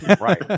right